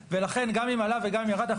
ולכן גם אם עלתה וגם אם ירדה,